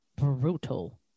brutal